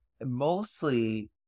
mostly